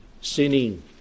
sinning